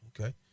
Okay